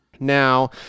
Now